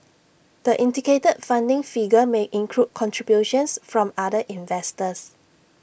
the indicated funding figure may include contributions from other investors